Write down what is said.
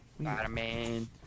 Spider-Man